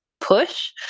push